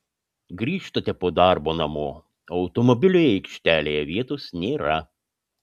grįžtate po darbo namo o automobiliui aikštelėje vietos nėra